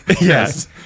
Yes